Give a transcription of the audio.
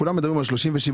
כולם מדברים על 37%,